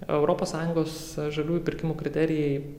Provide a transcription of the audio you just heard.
europos sąjungos žaliųjų pirkimų kriterijai